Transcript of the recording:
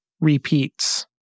repeats